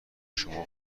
شما